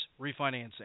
refinancing